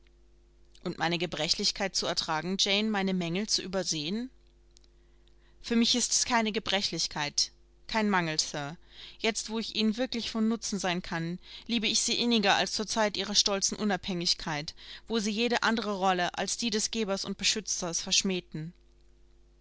und meine gebrechlichkeit zu ertragen jane meine mängel zu übersehen für mich ist es keine gebrechlichkeit kein mangel sir jetzt wo ich ihnen wirklich von nutzen sein kann liebe ich sie inniger als zur zeit ihrer stolzen unabhängigkeit wo sie jede andere rolle als die des gebers und beschützers verschmähten